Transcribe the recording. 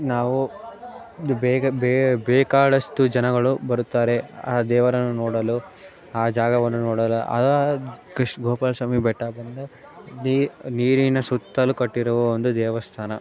ನಾವು ದ್ ಬೇಗ ಬೇಕಾಡಷ್ಟು ಜನಗಳು ಬರುತ್ತಾರೆ ಆ ದೇವರನ್ನು ನೋಡಲು ಆ ಜಾಗವನ್ನು ನೋಡಲು ಆ ಕ್ರಿಶ್ ಗೋಪಾಲ ಸ್ವಾಮಿ ಬೆಟ್ಟ ಬಂದು ನೀರಿನ ಸುತ್ತಲೂ ಕಟ್ಟಿರುವ ಒಂದು ದೇವಸ್ಥಾನ